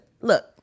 Look